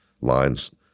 lines